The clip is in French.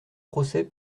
procès